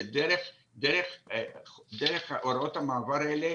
זה דרך הוראות המעבר האלה